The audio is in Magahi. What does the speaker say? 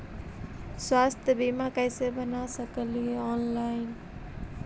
स्वास्थ्य बीमा कैसे बना सकली हे ऑनलाइन?